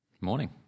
morning